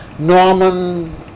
Norman